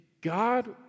God